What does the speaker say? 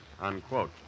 Unquote